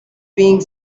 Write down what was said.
being